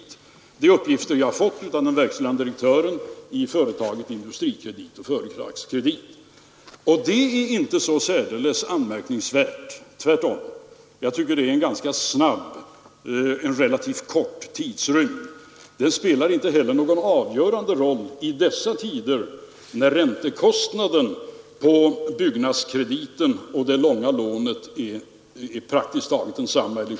Det ZE är uppgifter jag har fått av verkställande direktören i Industrikredit och Allmänna pensions Företagskredit. Det är inte så särdeles anmärkningsvärt. Tvärtom. Jag fondens förvaltning, tycker det är en relativt kort tidrymd. Det spelar inte heller någon =. Mm. avgörande roll i dessa tider, när räntekostnaden på byggnadskrediten och det långa lånet är praktiskt taget densamma.